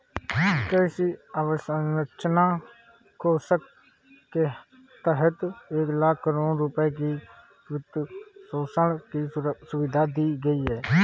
कृषि अवसंरचना कोष के तहत एक लाख करोड़ रुपए की वित्तपोषण की सुविधा दी गई है